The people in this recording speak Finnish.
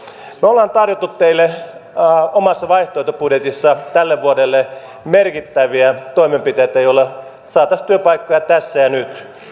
me olemme tarjonneet teille omassa vaihtoehtobudjetissamme tälle vuodelle merkittäviä toimenpiteitä joilla saataisiin työpaikkoja tässä ja nyt